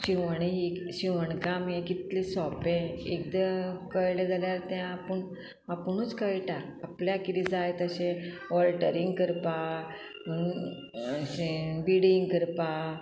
शिंवणी शिंवणकाम कितलें सोपें एकदां कळ्ळें जाल्यार तें आपूण आपुणूच कळटा आपल्याक किदें जाय तशें वॉल्टरींग करपाक बिडींग करपा